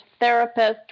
therapist